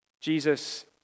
Jesus